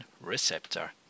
receptor